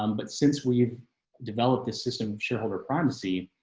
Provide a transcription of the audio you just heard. um but since we've developed this system of shareholder privacy.